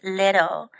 little